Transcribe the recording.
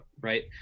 right